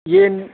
ꯌꯦꯟ